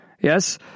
Yes